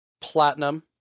Platinum